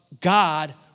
God